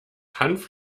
hanf